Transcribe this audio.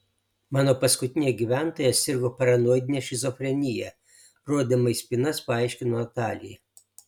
mano paskutinė gyventoja sirgo paranoidine šizofrenija rodydama į spynas paaiškino natalija